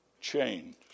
change